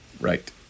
Right